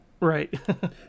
Right